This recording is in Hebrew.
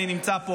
אני נמצא פה,